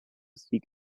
seek